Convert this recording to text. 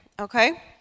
Okay